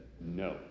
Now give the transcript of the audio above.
no